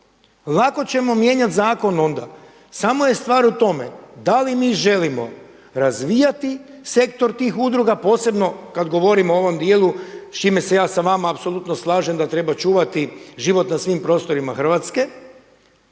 lako ćemo mijenjati zakon onda. Samo je stvar u tome da li mi želimo razvijati sektor tih udruga posebno kada govorimo o ovom dijelu s čime se ja sa vama apsolutno slažem da treba čuvati život na svim prostorima Hrvatske,